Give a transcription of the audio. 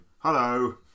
Hello